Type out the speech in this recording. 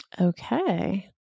Okay